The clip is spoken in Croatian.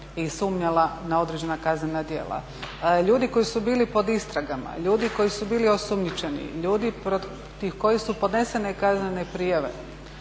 i sumnjala na određena kaznena djela. Ljudi koji su bili pod istragama, ljudi koji su bili osumnjičeni, ljudi protiv kojih su podnesene kaznene prijave